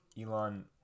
elon